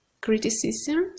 criticism